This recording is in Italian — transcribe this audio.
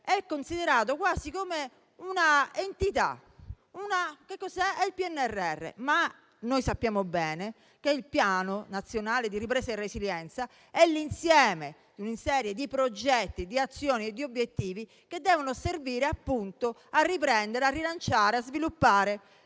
è considerato come un'entità. Che cos'è? È il PNRR, ma noi sappiamo bene che il Piano nazionale di ripresa e resilienza è l'insieme di una serie di progetti, azioni e obiettivi che devono servire a riprendere, rilanciare e sviluppare